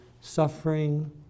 suffering